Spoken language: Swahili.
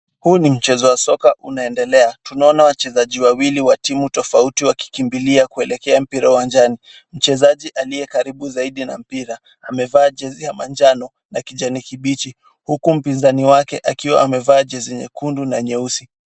Huu ni mchezo wa soka unaendelea. Tunaona wachezaji wawili wa timu tofauti wakikimbia kuelekea kwa mpira uwanjani. Mchezaji aliyekaribu zaidi na mpira amevaa jezi ya manjano na kijani kibichi huku mpinzani wake akiwa amevaa jezi nyekundu na nyeusi.